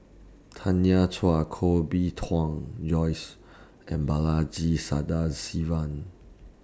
Tanya Chua Koh Bee Tuan Joyce and Balaji Sadasivan